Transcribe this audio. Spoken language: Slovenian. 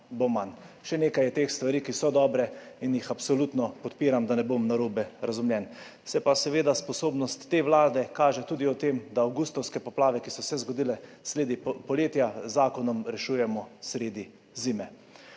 bo manj. Še nekaj je teh stvari, ki so dobre in jih absolutno podpiram, da ne bom narobe razumljen. Se pa seveda sposobnost te vlade kaže tudi v tem, da avgustovske poplave, ki so se zgodile sredi poletja, z zakonom rešujemo sredi zime.